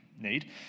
need